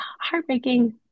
heartbreaking